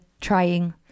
trying